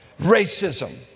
Racism